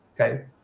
Okay